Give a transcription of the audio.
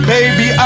Baby